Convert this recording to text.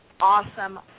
awesome